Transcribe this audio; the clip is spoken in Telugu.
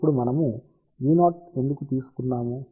ఇప్పుడు మనము E0 ఎందుకు తీసుకున్నాము